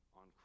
on